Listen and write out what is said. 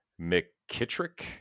McKittrick